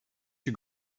się